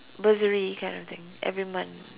bursary kind of thing every month